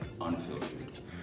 Unfiltered